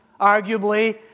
arguably